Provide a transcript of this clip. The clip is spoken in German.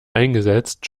eingesetzt